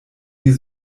die